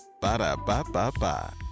Ba-da-ba-ba-ba